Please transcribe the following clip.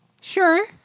Sure